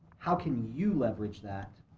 how can you leverage that